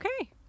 Okay